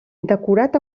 decorat